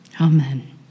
Amen